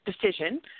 decision